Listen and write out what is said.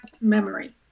memory